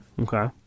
Okay